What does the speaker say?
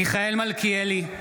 מיכאל מלכיאלי,